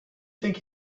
think